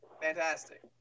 Fantastic